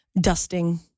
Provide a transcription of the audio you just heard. Dusting